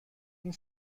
این